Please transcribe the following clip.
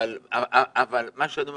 אבל מה שאני אומר,